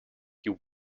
you